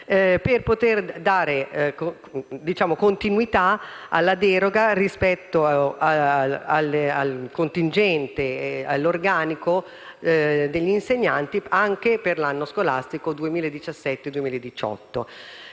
per poter dare continuità alla deroga rispetto all'organico degli insegnanti anche per l'anno scolastico 2017-2018.